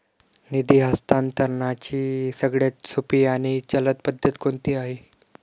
निधी हस्तांतरणाची सगळ्यात सोपी आणि जलद पद्धत कोणती आहे?